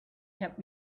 kept